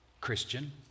Christian